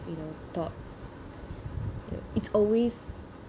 you know thoughts it's always